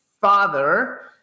father